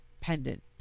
pendant